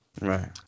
Right